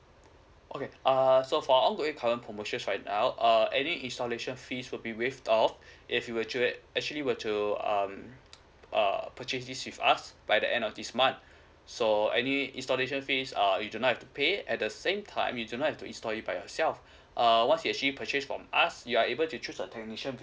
okay err so for ongoing current promotions right now uh any installation fee will be waived off if you were to actually were to um uh purchase this with us by the end of this month so uh any installation fee uh you do not have to pay at the same time you do not have to install it by yourself uh once you actually purchase it from us you are able to choose a technician